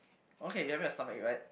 okay you're having a stomachache right